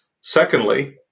Secondly